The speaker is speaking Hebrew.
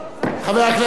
חבר הכנסת חנין.